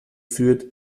führt